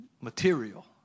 material